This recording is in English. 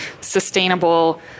sustainable